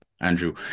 Andrew